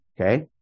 okay